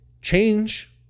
Change